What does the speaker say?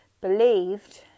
believed